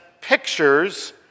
pictures